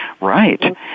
right